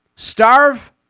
Starve